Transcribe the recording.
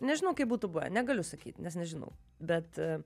nežinau kaip būtų buvę negaliu sakyti nes nežinau bet a